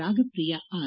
Ragapriya R